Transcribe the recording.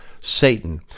Satan